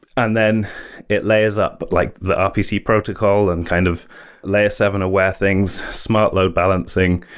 and then it layers up like the rpc protocol and kind of layer seven aware things, smart load balancing,